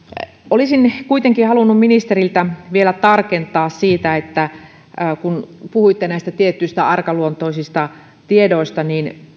olisin kuitenkin halunnut ministeriltä vielä tarkentaa siitä kun puhuitte näistä tietyistä arkaluontoisista tiedoista